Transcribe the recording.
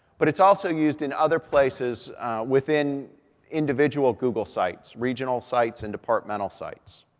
but it's also used in other places within individual google sites, regional sites, and departmental sites.